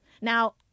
Now